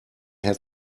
had